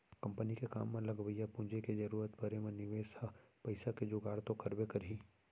company के काम म लगवइया पूंजी के जरूरत परे म मनसे ह पइसा के जुगाड़ तो करबे करही